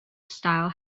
style